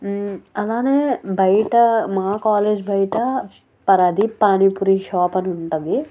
అలానే బయట మా కాలేజ్ బయట పరాధి పానీ పూరి షాప్ అని ఉంటుంది